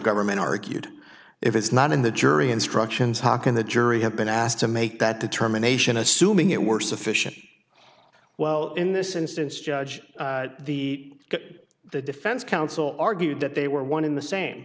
government argued if it's not in the jury instructions how can the jury have been asked to make that determination assuming it were sufficient well in this instance judge the the defense counsel argued that they were one in the same